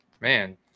man